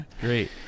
great